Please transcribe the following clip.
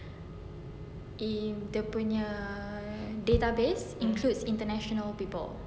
in dia punya database include international people